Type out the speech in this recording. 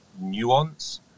nuance